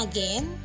Again